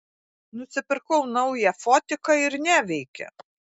nusipirkau naują fotiką ir neveikia